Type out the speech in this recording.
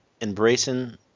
Embracing